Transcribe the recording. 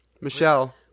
Michelle